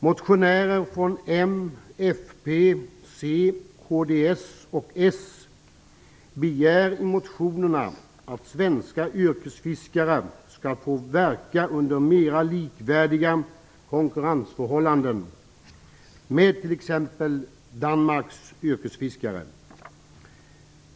Motionärer från m, fp, c, kds och s begär i motionerna att svenska yrkesfiskare skall få verka under konkurrensförhållanden som är mera lika dem som gäller för t.ex. Danmarks yrkesfiskare.